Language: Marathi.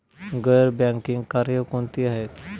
गैर बँकिंग कार्य कोणती आहेत?